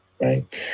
right